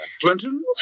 Clinton